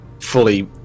fully